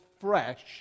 fresh